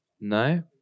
No